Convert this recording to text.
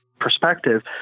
perspective